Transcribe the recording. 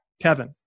Kevin